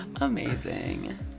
amazing